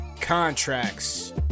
contracts